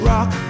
Rock